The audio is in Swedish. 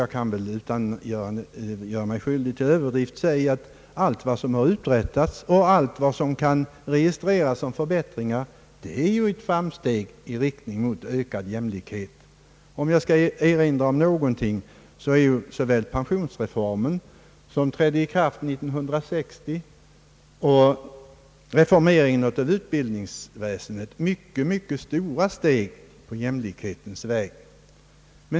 Jag kan utan att göra mig skyldig till överdrifter nämna att allt som har uträttats och allt som kan registreras som förbättringar är framsteg i rikt ning mot ökad jämlikhet. För att erinra om någonting så är såväl pensionsreformen, som trädde i kraft år 1960, som reformeringen av utbildningsväsendet mycket stora steg på Jämlikhetens väg.